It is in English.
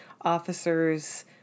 officers